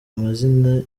amazina